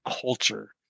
culture